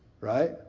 Right